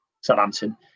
Southampton